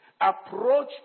approach